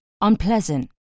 unpleasant